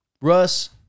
Russ